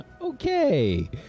okay